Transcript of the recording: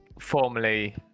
formerly